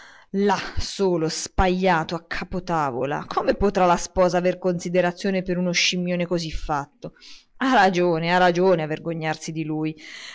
lì solo spajato a capo tavola come potrà la sposa aver considerazione per uno scimmione così fatto ha ragione ha ragione di vergognarsi di lui